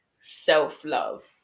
self-love